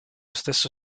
stesso